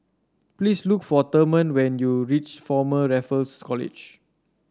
please look for Therman when you reach Former Raffles College